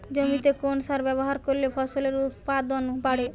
জমিতে কোন সার ব্যবহার করলে ফসলের উৎপাদন বাড়ে?